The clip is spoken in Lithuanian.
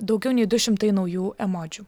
daugiau nei du šimtai naujų emodžių